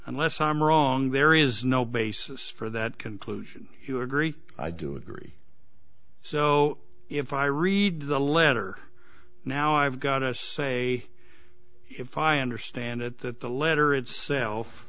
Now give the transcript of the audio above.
unless i'm wrong there is no basis for that conclusion you agree i do agree so if i read the letter now i've got to say if i understand it that the letter itself